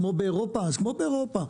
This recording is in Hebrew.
כמו באירופה?